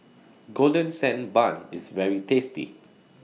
Golden Sand Bun IS very tasty